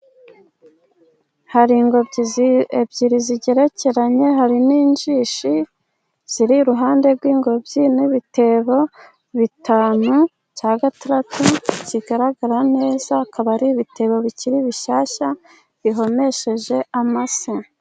Hari ingobyi ebyiri zigerekeranye, hari n'injishi ziri iruhande rw'ingobyi, n'ibitebo bitanu, icya gatandatu ntikigaragara neza. Akaba ari ibitebo bikiri bishyashya, bihomesheje amase.